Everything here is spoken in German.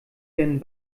werden